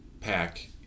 pack